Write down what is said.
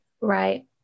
right